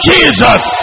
Jesus